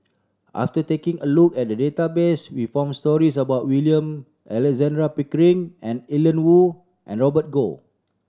after taking a look at the database we found stories about William Alexander Pickering Ian Woo and Robert Goh